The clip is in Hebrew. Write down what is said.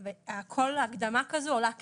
כל הקדמה כזאת עולה כסף,